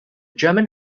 german